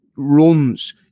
Runs